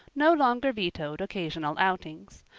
no longer vetoed occasional outings.